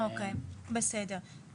בסדר.